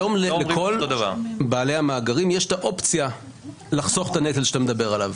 היום לכל בעלי המאגרים יש את האופציה לחסוך את הנטל שאתה מדבר עליו.